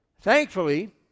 Thankfully